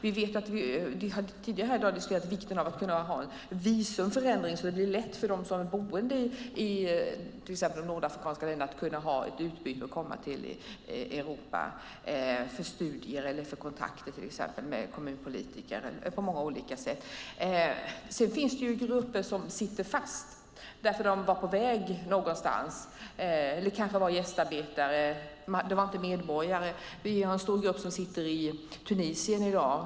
Vi har tidigare här i dag diskuterat vikten av en visumförändring som gör att det blir lätt för dem som är boende i till exempel de nordafrikanska länderna att ha ett utbyte och komma till Europa för studier eller kontakter exempelvis med kommunpolitiker och på många olika sätt. Sedan finns det grupper som sitter fast därför att de var på väg någonstans eller kanske var gästarbetare. De var inte medborgare. Vi har en stor grupp som sitter i Tunisien i dag.